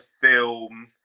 film